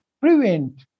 prevent